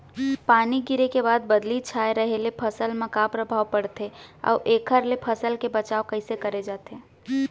पानी गिरे के बाद बदली छाये रहे ले फसल मा का प्रभाव पड़थे अऊ एखर ले फसल के बचाव कइसे करे जाये?